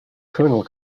criminal